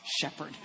shepherd